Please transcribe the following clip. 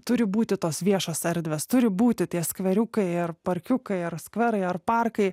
turi būti tos viešos erdvės turi būti tie skveriukai ar parkiukai ar skverai ar parkai